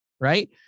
right